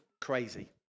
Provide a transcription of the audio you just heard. crazy